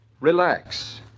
Relax